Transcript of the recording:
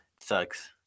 Sucks